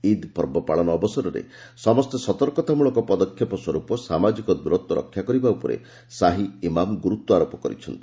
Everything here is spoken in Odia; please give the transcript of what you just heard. ଇଦ୍ ପର୍ବ ପାଳନ ଅବସରରେ ସମସ୍ତେ ସତର୍କତାମଳକ ପଦକ୍ଷେପ ସ୍ୱର୍ପ ସାମାଜିକ ଦୂରତ୍ୱ ରକ୍ଷା କରିବା ଉପରେ ସାହି ଇମାମ୍ ଗୁରୁତ୍ୱାରୋପ କରିଛନ୍ତି